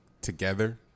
together